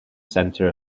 centre